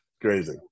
crazy